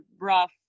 rough